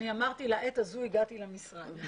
אמרתי שלעת הזו הגעתי למשרד.